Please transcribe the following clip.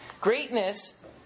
Greatness